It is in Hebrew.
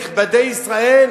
נכבדי ישראל,